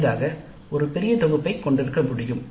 அரிதாக ஒரு பெரிய தொகுப்பைக் கொண்டிருக்க முடியும்